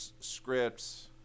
scripts